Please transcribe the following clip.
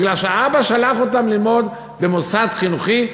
בגלל שהאבא שלח אותם ללמוד במוסד חינוכי,